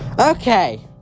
Okay